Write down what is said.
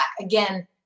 Again